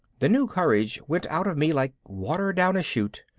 the new courage went out of me like water down a chute.